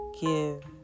give